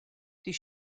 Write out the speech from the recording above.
die